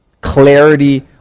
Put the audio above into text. clarity